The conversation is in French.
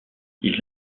ils